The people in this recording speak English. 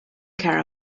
care